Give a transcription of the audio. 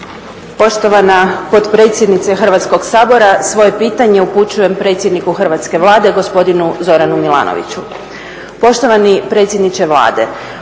Poštovana potpredsjednice Hrvatskog sabora, svoje pitanje upućujem predsjedniku Hrvatske vlade gospodinu Zoranu Milanoviću.